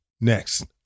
Next